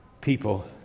people